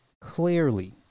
Clearly